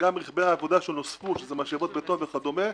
וגם רכבי העבודה שנוספו, שזה משאבות בטון וכדומה,